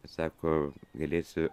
sako galėsi